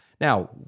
Now